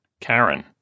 Karen